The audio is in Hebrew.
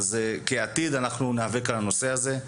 אז כעתיד אנחנו נאבק על הנושא הזה.